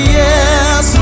yes